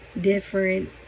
different